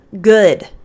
good